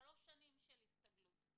כל הסעיפים של איך מותר להתקין מצלמות,